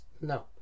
No